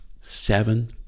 seven